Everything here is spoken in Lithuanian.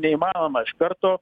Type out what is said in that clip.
neįmanoma iš karto